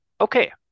Okay